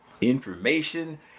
information